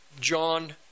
John